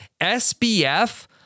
SBF